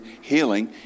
healing